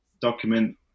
document